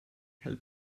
help